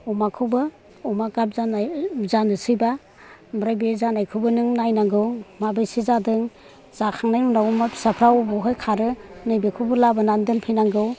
अमखौबो अमा गाब जानाय जानोसैब्ला आमफ्राय बे जानायखौबो नों नायनांगौ माबैसे जादों जाखांनायनि उनाव अमा फिसाफ्रा अबेहाय खारो नैबेखौबो लाबोना दोनफै नांगौ